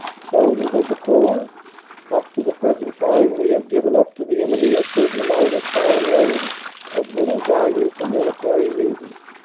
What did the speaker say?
soldiers of the corps up to the present time we have given up to the enemy a certain amount of foreign land of little value for military reasons,